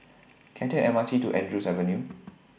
Can I Take The M R T to Andrews Avenue